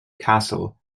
castle